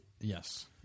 yes